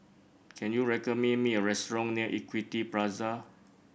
can you recommend me a restaurant near Equity Plaza